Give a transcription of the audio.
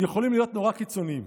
יכולים להיות נורא קיצוניים.